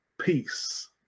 peace